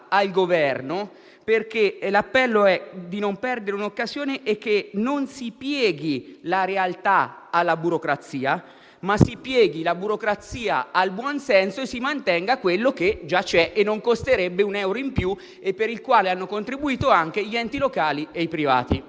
al Governo e l'appello affinché non si perda un'occasione e non si pieghi la realtà alla burocrazia, ma si pieghi la burocrazia al buon senso e si mantenga quello che già c'è e non costerebbe un euro in più e per il quale hanno contribuito anche gli enti locali e i privati.